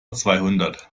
zweihundert